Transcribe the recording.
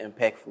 impactful